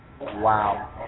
Wow